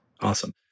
Awesome